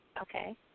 Okay